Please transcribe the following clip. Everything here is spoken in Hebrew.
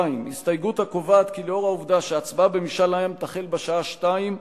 2. הסתייגות הקובעת כי לאור העובדה שההצבעה במשאל העם תחל בשעה 14:00,